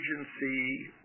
agency